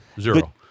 zero